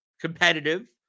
competitive